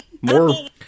More